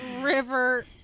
River